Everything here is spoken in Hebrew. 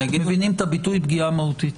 מבינים את הביטוי "פגיעה מהותית"?